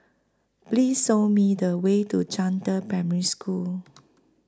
Please Show Me The Way to Zhangde Primary School